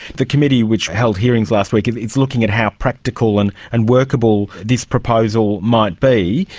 the committee which held hearings last week, it's looking at how practical and and workable this proposal might be.